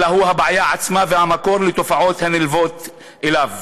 אלא הוא הבעיה עצמה והמקור לתופעות הנלוות אליו.